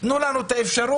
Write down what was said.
תנו לנו את האפשרות,